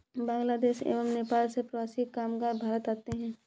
बांग्लादेश एवं नेपाल से प्रवासी कामगार भारत आते हैं